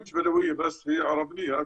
אלא יותר הערביות.